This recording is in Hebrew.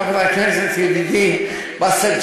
חבר הכנסת ידידי באסל,